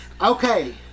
Okay